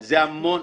זה לא נכון.